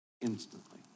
Instantly